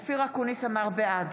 (קוראת בשמות חברי הכנסת) אופיר אקוניס, בעד